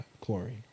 chlorine